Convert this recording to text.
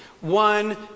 One